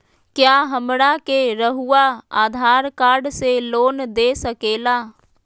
क्या हमरा के रहुआ आधार कार्ड से लोन दे सकेला?